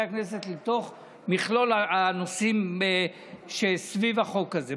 הכנסת לתוך מכלול הנושאים שסביב החוק הזה.